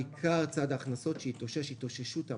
בעיקר צד ההכנסות שהתאושש, התאוששות המשק.